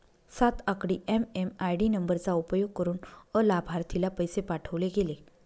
सात आकडी एम.एम.आय.डी नंबरचा उपयोग करुन अलाभार्थीला पैसे पाठवले गेले